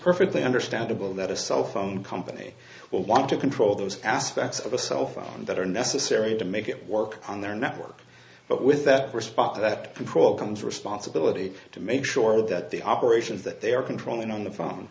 perfectly understandable that a cell phone company will want to control those aspects of a cell phone that are necessary to make it work on their network but with that response to that control comes responsibility to make sure that the operations that they are controlling on the phone